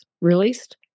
released